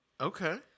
Okay